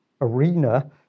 arena